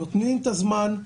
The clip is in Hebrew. נותנים את הזמן,